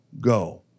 go